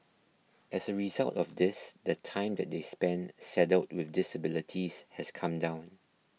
as a result of this the time that they spend saddled with disabilities has come down